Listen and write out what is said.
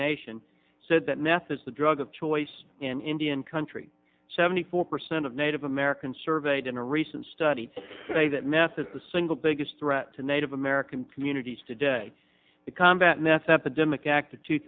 nation said that meth is the drug of choice in indian country seventy four percent of native americans surveyed in a recent study say that math is the single biggest threat to native american communities today t